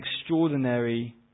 extraordinary